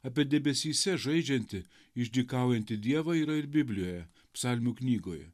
apie debesyse žaidžiantį išdykaujantį dievą yra ir biblijoje psalmių knygoje